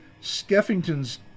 Skeffington's